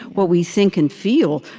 what we think and feel,